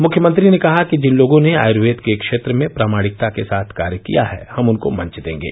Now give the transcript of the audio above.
मुख्यमंत्री ने कहा कि जिन लोगों ने आयूर्वेद के क्षेत्र में प्रामाणिकता के साथ कार्य किया है हम उनको मंच देंगे